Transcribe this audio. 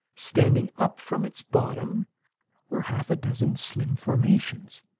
standing up from its bottom were half a dozen slim formations,